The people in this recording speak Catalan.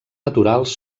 naturals